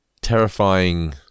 terrifying